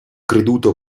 creduto